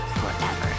forever